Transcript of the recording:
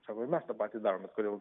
sako mes tą patį darom kodėl